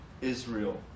Israel